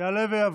יעלה ויבוא,